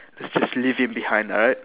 let's just leave him behind alright